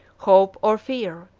hope or fear,